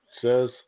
says